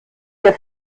der